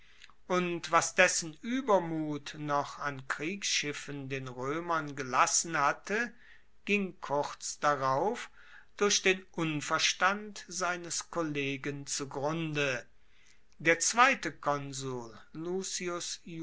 und was dessen uebermut noch an kriegsschiffen den roemern gelassen hatte ging kurz darauf durch den unverstand seines kollegen zugrunde der zweite konsul lucius